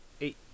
Eight